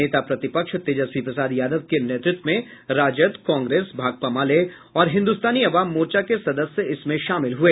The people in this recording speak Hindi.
नेता प्रतिपक्ष तेजस्वी प्रसाद यादव के नेतृत्व में राजद कांग्रेस भाकपा माले और हिन्दुस्तानी अवाम मोर्चा के सदस्य इसमें शामिल हुए